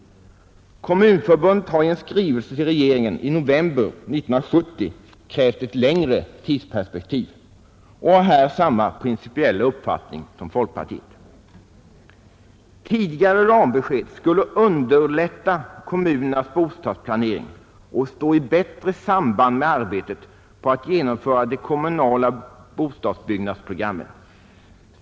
Kommunförbundet har i skrivelse till regeringen i november 1970 krävt ett längre tidsperspektiv och har i det fallet samma principiella uppfattning som folkpartiet. Tidigare rambesked skulle underlätta kommunernas bostadsplanering och stå i bättre samband med arbetet på att genomföra det kommunala bostadsbyggnadsprogrammet.